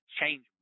change